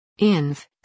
Inv